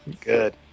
Good